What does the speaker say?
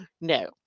No